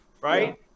right